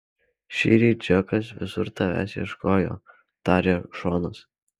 šįryt džekas visur tavęs ieškojo tarė šonas